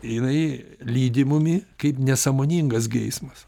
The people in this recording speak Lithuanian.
jinai lydi mumi kaip nesąmoningas geismas